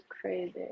crazy